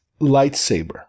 lightsaber